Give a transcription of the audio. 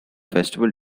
festival